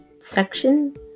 section